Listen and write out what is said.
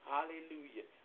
Hallelujah